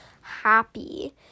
happy